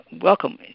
welcome